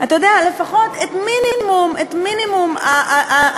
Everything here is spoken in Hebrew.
אתה יודע לפחות, את מינימום הענווה.